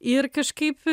ir kažkaip